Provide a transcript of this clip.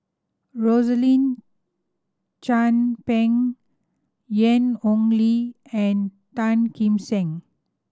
Rosaline Chan Pang Ian Ong Li and Tan Kim Seng